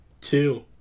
two